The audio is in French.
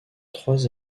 trois